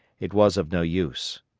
it was of no use.